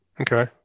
Okay